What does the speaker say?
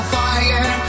fire